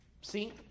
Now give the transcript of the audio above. See